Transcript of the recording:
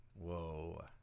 Whoa